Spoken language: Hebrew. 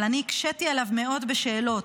אבל אני הקשיתי עליו מאוד בשאלות,